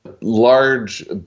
large